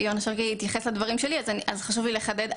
יונה שרקי התייחס לדברים שלי אז חשוב לי לחדד.